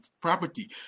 property